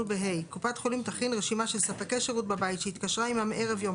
(ה)קופת חולים תכין רשימה של ספקי שירות בבית שהתקשרה עימם ערב יום